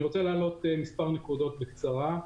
אני רוצה להעלות מספר נקודות בקצרה.